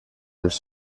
dels